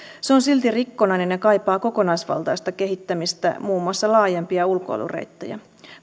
se on silti rikkonainen ja kaipaa kokonaisvaltaista kehittämistä muun muassa laajempia ulkoilureittejä